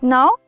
Now